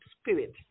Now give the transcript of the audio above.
spirit